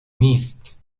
نیست